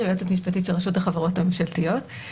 היועצת המשפטית של רשות החברות הממשלתיות.